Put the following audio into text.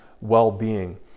well-being